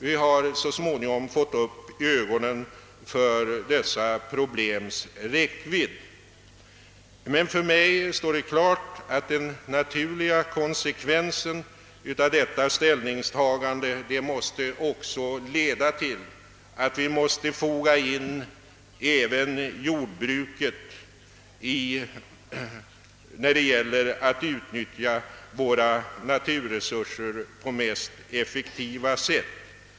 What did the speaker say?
Vi har så småningom fått upp ögonen för dessa problems räckvidd. För mig står det klart att den naturliga konsekvensen av detta ställningstagande måste vara att foga in även jordbruket i sammanhanget då vi vill använda våra naturresurser på mest effektiva sätt.